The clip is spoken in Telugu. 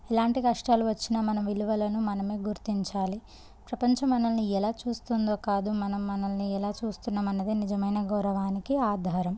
ఎలాంటి కష్టాలు వచ్చినా మనం విలువలను మనమే గుర్తించాలి ప్రపంచం మనల్ని ఎలా చూస్తుందో కాదు మనం మనల్ని ఎలా చూస్తున్నాము అనేది నిజమైన గౌరవానికి ఆధారం